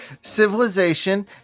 civilization